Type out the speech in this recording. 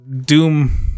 Doom